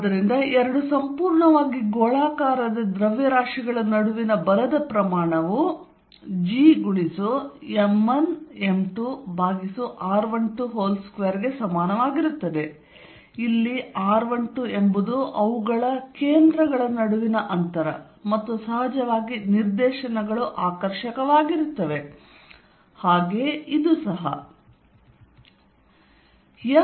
ಆದ್ದರಿಂದ ಎರಡು ಸಂಪೂರ್ಣವಾಗಿ ಗೋಳಾಕಾರದ ದ್ರವ್ಯರಾಶಿಗಳ ನಡುವಿನ ಬಲದ ಪ್ರಮಾಣವು Gm1m2r122 ಗೆ ಸಮನಾಗಿರುತ್ತದೆ ಇಲ್ಲಿ r12 ಎಂಬುದು ಅವುಗಳ ಕೇಂದ್ರಗಳ ನಡುವಿನ ಅಂತರ ಮತ್ತು ಸಹಜವಾಗಿ ನಿರ್ದೇಶನಗಳು ಆಕರ್ಷಕವಾಗಿರುತ್ತವೆ ಹಾಗೆಯೇ ಇದು ಸಹಾ